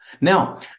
Now